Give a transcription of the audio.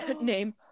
name